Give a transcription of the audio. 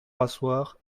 rasseoir